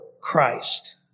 Christ